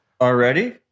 Already